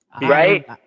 Right